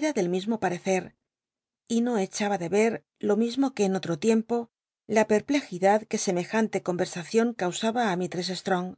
del mismo parecer y no echaba de ver lo mismo que en otro tiempo la pcrplcjichtd que semejan te cotwcrsacion causaba í rnislrcss slrong